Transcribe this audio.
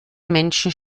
menschen